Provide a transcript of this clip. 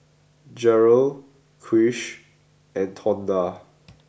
Jerrell Krish and Tonda